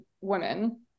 women